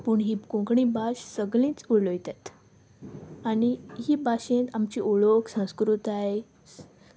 पूण ही कोंकणी भास सगळींच उलोयतात आनी ही भाशेंत आमची ओळख संस्कृताय